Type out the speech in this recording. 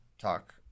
talk